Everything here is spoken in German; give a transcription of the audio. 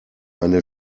eine